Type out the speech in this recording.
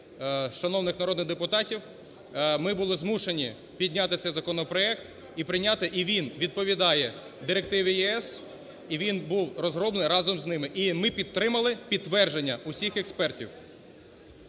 шановних народних депутатів, ми були змушені підняти цей законопроект і прийняти, і він відповідає директиві ЄС, і він був розроблений разом з ними, і ми підтримали підтвердження усіх експертів.